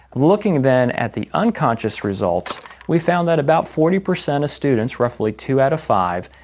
looking then at the unconscious results we found that about forty percent of students, roughly two out of five,